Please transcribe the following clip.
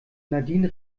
nadine